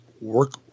work